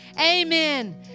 Amen